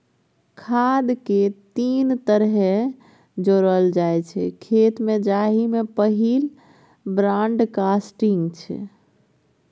खाद केँ तीन तरहे जोरल जाइ छै खेत मे जाहि मे पहिल ब्राँडकास्टिंग छै